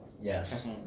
Yes